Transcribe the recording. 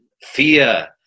Fear